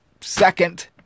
second